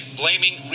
blaming